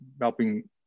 helping